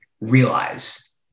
realize